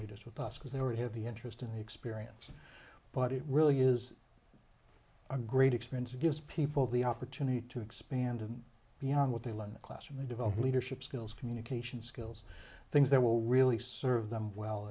leaders with us because they already have the interest in the experience but it really is a great expense it gives people the opportunity to expand and beyond what they learn classically develop leadership skills communication skills things that will really serve them well